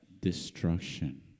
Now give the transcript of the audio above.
Destruction